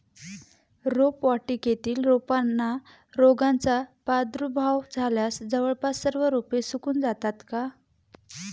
रोपवाटिकेतील रोपांना रोगाचा प्रादुर्भाव झाल्यास जवळपास सर्व रोपे सुकून जातात का?